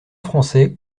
français